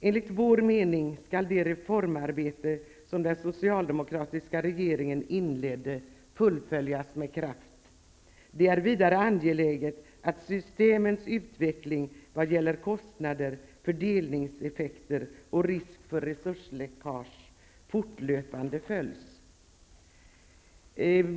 Enligt vår mening skall det reformarbete som den socialdemokratiska regeringen inledde fullföljas med kraft. Det är vidare angeläget att systemets utveckling vad gäller kostnader, fördelningseffekter och risk för resursläckage fortlöpande följs.